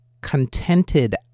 Contented